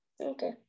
Okay